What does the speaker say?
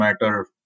matter